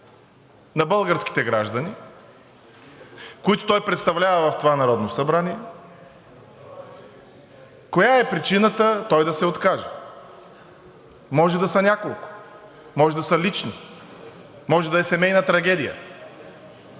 на българските граждани, които той представлява в това Народно събрание – коя е причината той да се откаже? Може да са няколко. Може да са лични. Може да е семейна трагедия.